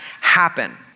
happen